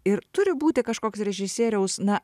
ir turi būti kažkoks režisieriaus na